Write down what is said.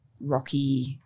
rocky